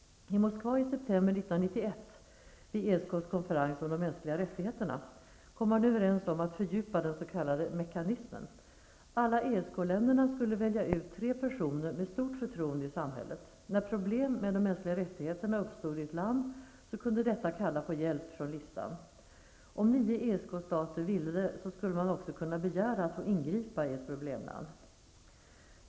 I Moskva i september 1991 vid ESK:s konferens om de mänskliga rättigheterna kom man överens om att fördjupa den s.k. mekanismen. Alla ESK länderna skulle välja ut tre personer med stort förtroende i samhället. När problem med de mänskliga rättigheterna uppstod i ett land, kunde detta kalla på hjälp från listan. Om nio ESK-stater ville det, skulle man också kunna begära att få ingripa i ett problemland.